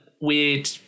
weird